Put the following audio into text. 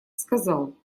сказал